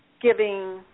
giving